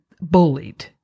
bullied